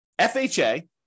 FHA